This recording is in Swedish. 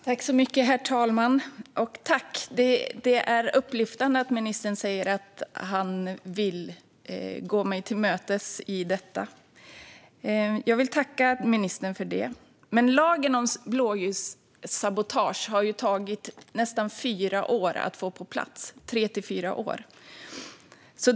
Herr talman! Det är upplyftande att ministern säger att han vill gå mig till mötes i detta. Jag vill tacka ministern för det. Men det har tagit nästan fyra år att få lagen om blåljussabotage på plats - tre till fyra år.